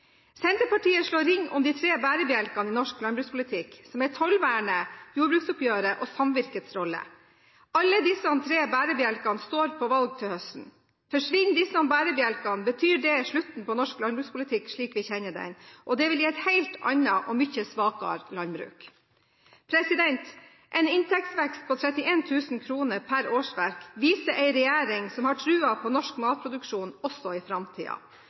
Senterpartiet slår ring om de tre bærebjelkene i norsk landbrukspolitikk, som er tollvernet, jordbruksoppgjøret og samvirkets rolle. Alle disse tre bærebjelkene står på valg til høsten. Forsvinner disse bærebjelkene, betyr det slutten på norsk landbrukspolitikk slik vi kjenner den, og det vil gi et helt annet og mye svakere landbruk. En inntektsvekst på 31 000 kr per årsverk viser en regjering som har troen på norsk matproduksjon også i